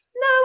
no